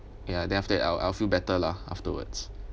ya then after that I'll I'll feel better lah afterwards